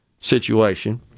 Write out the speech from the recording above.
situation